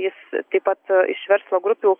jis taip pat iš verslo grupių